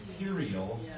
material